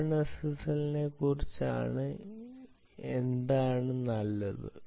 ഓപ്പൺഎസ്എസ്എല്ലിനെക്കുറിച്ച് എന്താണ് നല്ലത്